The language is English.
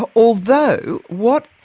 ah although what,